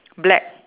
black